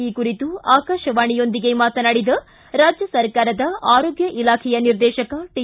ಈ ಕುರಿತು ಆಕಾಶವಾಣಿಯೊಂದಿಗೆ ಮಾತನಾಡಿದ ರಾಜ್ಯ ಸರ್ಕಾರದ ಆರೋಗ್ಯ ಇಲಾಖೆಯ ನಿರ್ದೇಶಕ ಟಿ